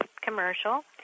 commercial